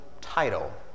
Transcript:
title